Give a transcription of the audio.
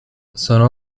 sono